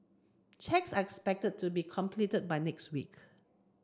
checks are expected to be completed by next week